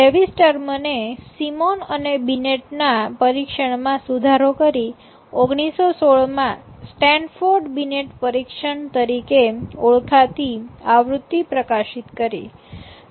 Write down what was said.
લેવીસ ટર્મને સિમોન અને બીનેટના પરીક્ષણ માં સુધારો કરી ૧૯૧૬ માં સ્ટેનફોર્ડ બિનેટ પરીક્ષણ તરીકે ઓળખાતી આવૃત્તિ પ્રકાશિત કરી